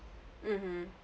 mmhmm